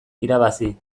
irabazi